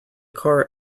car